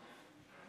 לפה.